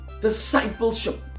discipleship